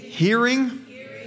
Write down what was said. Hearing